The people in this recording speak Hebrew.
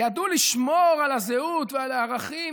ידעו לשמור על הזהות ועל הערכים,